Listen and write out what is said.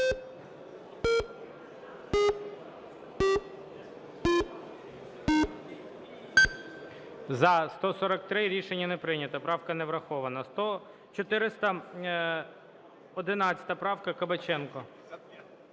За-143 Рішення не прийнято. Правка не врахована. 411 правка, Кабаченко.